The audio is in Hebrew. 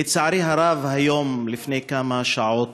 לצערי הרב, היום לפני כמה שעות